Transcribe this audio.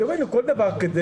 כל דבר כזה,